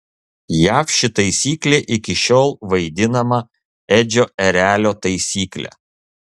jav ši taisyklė iki šiol vaidinama edžio erelio taisykle